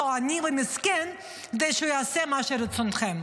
עני ומסכן כדי שהוא יעשה מה שברצונכם,